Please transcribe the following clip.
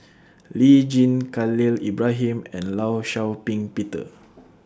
Lee Tjin Khalil Ibrahim and law Shau Ping Peter